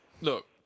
look